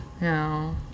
no